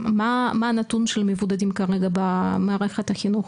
מה הנתון של מבודדים כרגע במערכת החינוך?